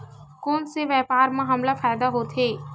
कोन से व्यापार म हमला फ़ायदा होथे?